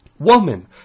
Woman